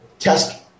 Test